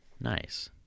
nice